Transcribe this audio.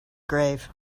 grave